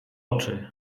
oczy